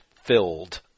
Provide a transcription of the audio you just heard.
filled